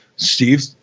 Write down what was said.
steve